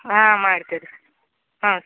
ಹಾಂ ಮಾಡ್ತೀವಿ ರೀ ಹಾಂ